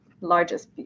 largest